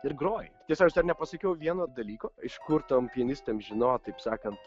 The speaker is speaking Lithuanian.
ir groji tiesa aš dar nepasakiau vieno dalyko iš kur tom pianistėm žinot taip sakant